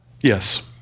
Yes